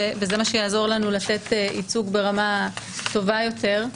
וזה מה שיעזור לנו לתת ייצוג ברמה טובה יותר.